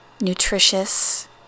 nutritious